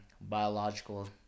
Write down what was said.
biological